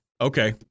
Okay